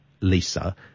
Lisa